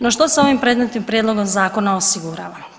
No, što se ovim predmetnim Prijedlogom zakona osigurava?